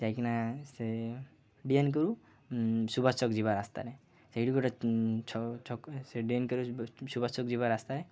ଯାଇଁକିନା ସେ ଡିଏନ୍କ ରୁ ସୁଭାଷ ଛକ ଯିବ ରାସ୍ତାରେ ସେଇଠି ଗୋଟେ ଛ ସେ ଡିଏନ୍ ସୁଭାଷ ଛକ ଯିବ ରାସ୍ତାରେ